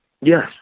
Yes